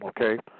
Okay